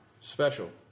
Special